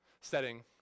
setting